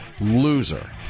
Loser